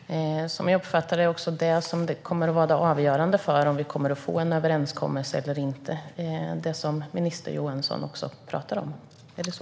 Herr talman! Jag uppfattar att det som kommer att vara avgörande för om vi får en överenskommelse eller inte är det som minister Johansson talar om. Är det så?